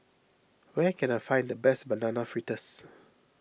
where can I find the best Banana Fritters